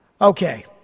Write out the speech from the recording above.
Okay